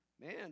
Man